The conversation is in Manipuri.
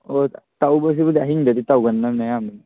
ꯑꯣ ꯇꯧꯕꯁꯤꯕꯨꯗꯤ ꯑꯍꯤꯡꯗꯗꯤ ꯇꯧꯒꯟꯗꯕꯅꯤ ꯑꯌꯥꯝꯕꯅ